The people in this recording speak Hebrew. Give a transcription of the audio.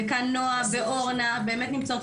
וכאן נועה ואורנה ואינה נמצאות,